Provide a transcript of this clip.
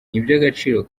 iby’agaciro